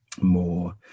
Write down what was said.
more